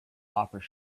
offers